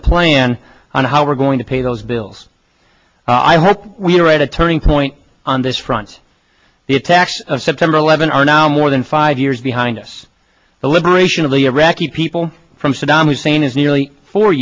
the plan on how we're going to pay those bills i hope we're at a turning point on this front the attacks of september eleventh are now more than five years behind us the liberation of the iraqi people from saddam hussein is nearly four